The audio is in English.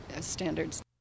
standards